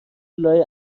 لای